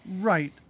Right